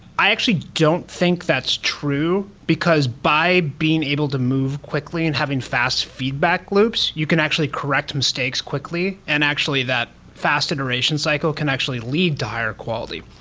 i actually don't think that's true, because by being able to move quickly and having fast feedback loops you can actually correct mistakes quickly, and actually that fast induration cycle can actually lead to higher quality.